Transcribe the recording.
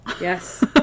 Yes